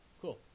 Cool